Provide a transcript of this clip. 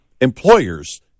employers